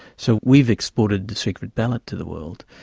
so we've exported the secret ballot to the world.